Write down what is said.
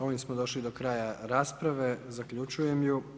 Ovim smo došli do kraja rasprave, zaključujem ju.